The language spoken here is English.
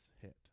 hit